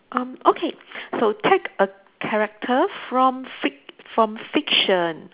um okay so take a character from fic~ from fiction